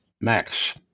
Max